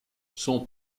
son